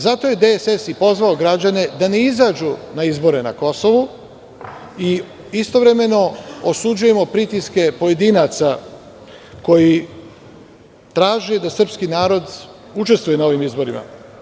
Zato je DSS i pozvao građane da ne izađu na izbore na Kosovu i istovremeno osuđujemo pritiske pojedinaca koji traži da srpski narod učestvuje na ovim izborima.